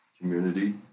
community